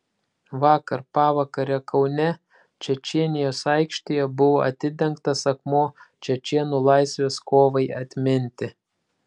vakar pavakare kaune čečėnijos aikštėje buvo atidengtas akmuo čečėnų laisvės kovai atminti